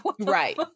right